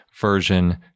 version